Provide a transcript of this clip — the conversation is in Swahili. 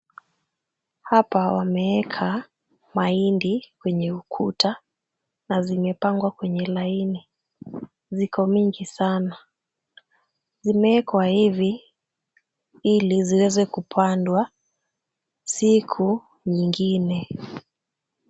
Hapa wameeka mahindi kwenye ukuta na zimepangwa kwenye laini. Ziko mingi sana. Zimewekwa hivi ili ziweze kupandwa siku nyingine.